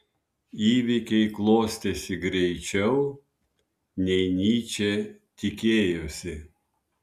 įvykiai klostėsi greičiau nei nyčė tikėjosi